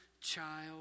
child